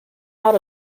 out